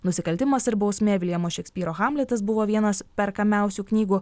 nusikaltimas ir bausmė viljamo šekspyro hamletas buvo vienas perkamiausių knygų